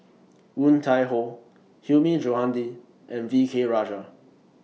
Woon Tai Ho Hilmi Johandi and V K Rajah